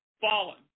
fallen